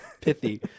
pithy